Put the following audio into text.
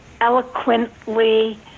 eloquently